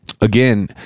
Again